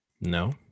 No